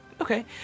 okay